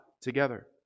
together